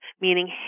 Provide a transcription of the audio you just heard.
meaning